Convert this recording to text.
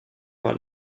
par